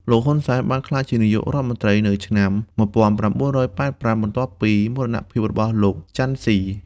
លោក ហ៊ុន សែន បានក្លាយជានាយករដ្ឋមន្ត្រីនៅឆ្នាំ ១៩៨៥ បន្ទាប់ពីមរណភាពរបស់លោក ចាន់ ស៊ី។